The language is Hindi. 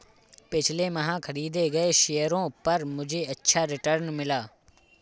पिछले माह खरीदे गए शेयरों पर मुझे अच्छा रिटर्न मिला